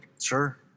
sure